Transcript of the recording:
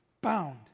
bound